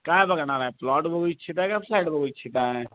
काय बघणार आहे प्लॉट बघू इच्छिताय का फ्लॅट बघू इच्छिताय